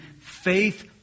faith